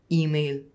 email